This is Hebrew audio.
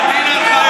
הינה,